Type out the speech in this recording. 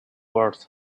earth